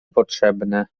potrzebne